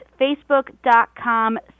Facebook.com